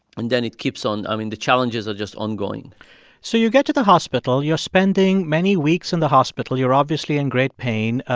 and then it keeps on i mean, the challenges are just ongoing so you get to the hospital. you're spending many weeks in the hospital. you're obviously in great pain.